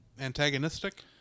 Antagonistic